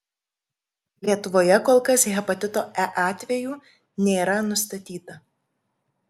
lietuvoje kol kas hepatito e atvejų nėra nustatyta